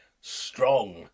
strong